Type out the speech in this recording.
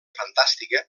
fantàstica